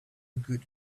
good